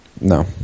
No